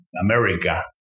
America